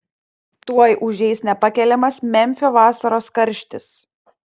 tuoj užeis nepakeliamas memfio vasaros karštis